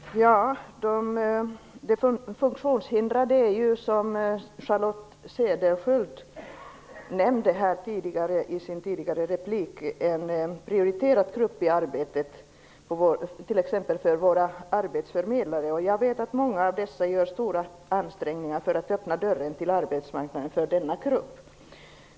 Herr talman! De funktionshindrade är ju, som Charlotte Cederschiöld nämnde i sin tidigare replik, en prioriterad grupp t.ex. i våra arbetsförmedlares verksamhet. Jag vet att många av dessa gör stora ansträngningar för att öppna dörren till arbetsmarknaden för denna grupp.